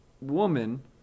woman